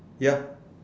ya